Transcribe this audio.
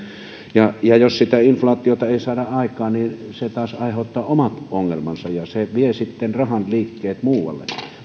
ja ja jos sitä inflaatiota ei saada aikaan niin se taas aiheuttaa omat ongelmansa ja se vie sitten rahan liikkeet muualle